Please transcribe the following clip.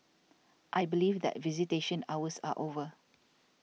I believe that visitation hours are over